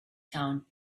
town